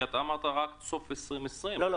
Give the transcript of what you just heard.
כי אמרת: רק סוף 2020. לא,